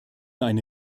eine